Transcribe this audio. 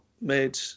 made